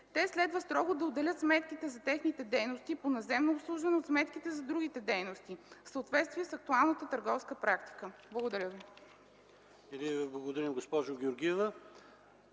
те следва строго да отделят сметките за техните дейности по наземно обслужване от сметките за другите дейности в съответствие с актуалната търговска практика. Благодаря ви.